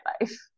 life